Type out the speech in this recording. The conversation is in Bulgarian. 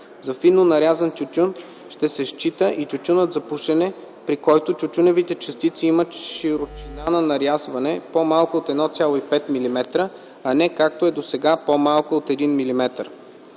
за фино нарязан тютюн ще се счита и тютюнът за пушене, при който тютюневите частици имат широчина на нарязване, по-малка от 1,5 мм, а не както е досега - по-малка от 1 мм.